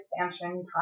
expansion